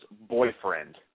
boyfriend